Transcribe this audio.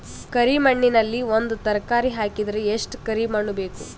ಕರಿ ಮಣ್ಣಿನಲ್ಲಿ ಒಂದ ತರಕಾರಿ ಹಾಕಿದರ ಎಷ್ಟ ಕರಿ ಮಣ್ಣು ಬೇಕು?